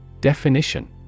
Definition